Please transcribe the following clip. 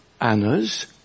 Annas